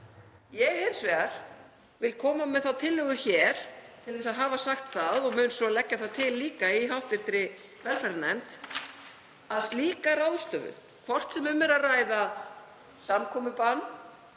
vil hins vegar koma með þá tillögu hér, til að hafa sagt það, og mun svo leggja það til líka í hv. velferðarnefnd, að slíka ráðstöfun — hvort sem um er að ræða samkomubann,